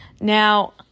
Now